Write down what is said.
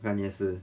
关键是